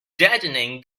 deadening